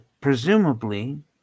presumably